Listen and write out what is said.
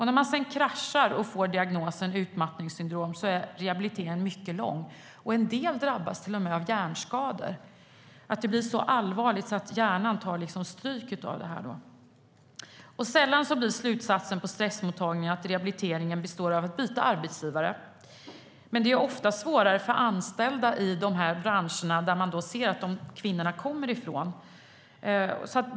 När man sedan kraschar och får diagnosen utmattningssyndrom är rehabiliteringen mycket lång. En del drabbas till och med av hjärnskador. Det blir så allvarligt att hjärnan tar stryk av det. Inte sällan blir slutsatsen på stressmottagningar att rehabiliteringen består av att byta arbetsgivare. Men det är ofta svårt för anställda i de branscher som kvinnorna kommer från.